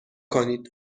کنید